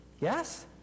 Yes